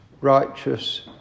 righteous